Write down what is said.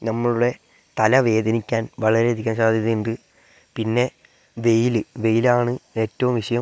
നമ്മളുടെ തല വേദനിക്കാൻ വളരെയധികം സാധ്യത ഉണ്ട് പിന്നെ വെയില് വെയിലാണ് ഏറ്റവും വിഷയം